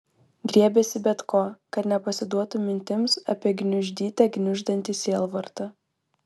griebėsi bet ko kad nepasiduotų mintims apie gniuždyte gniuždantį sielvartą